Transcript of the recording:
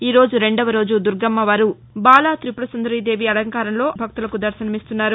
ఈరోజు రెండవ రోజు దుర్గామ్నవారు బాలాతిపురసుందరీదేవి అలంకారంలో భక్తులకు దర్భనమిస్తున్నారు